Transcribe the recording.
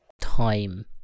time